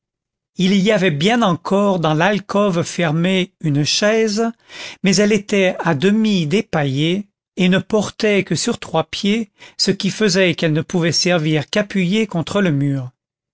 il y avait bien encore dans l'alcôve fermée une chaise mais elle était à demi dépaillée et ne portait que sur trois pieds ce qui faisait qu'elle ne pouvait servir qu'appuyée contre le mur